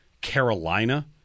Carolina